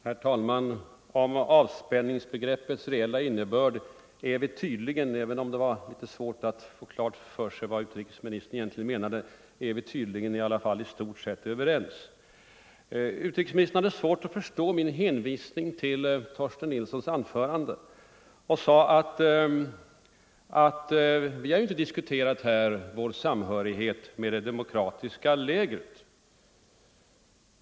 Herr talman! Om avspänningsbegreppets reella innebörd är vi nu tydligen i stort sett överens, även om det var svårt att få klart för sig vad utrikesministern egentligen menade. Utrikesministern säger sig ha svårt att förstå min hänvisning till Torsten Nilssons anförande och framför allt till vad denne yttrat om Sveriges samhörighet med det demokratiska lägret.